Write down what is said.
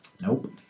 Nope